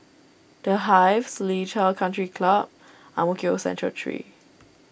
the Hive Seletar Country Club and Ang Mo Kio Central three